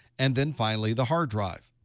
and then finally the hard drive.